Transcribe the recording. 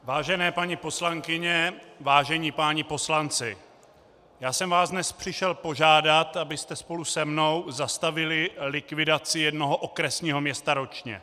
Vážené paní poslankyně, vážení páni poslanci, já jsem vás dnes přišel požádat, abyste spolu se mnou zastavili likvidaci jednoho okresního města ročně.